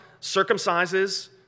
circumcises